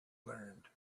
learned